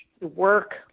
work